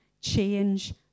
change